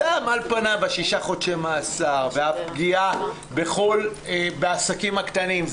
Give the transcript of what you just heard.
על פניו שישה חודשי המאסר והפגיעה בעסקים הקטנים.